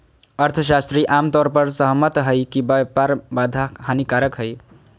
अर्थशास्त्री आम तौर पर सहमत हइ कि व्यापार बाधा हानिकारक हइ